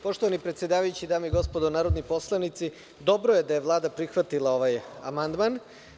Poštovani predsedavajući, dame i gospodo narodni poslanici, dobro je da je Vlada prihvatila ovaj amandman.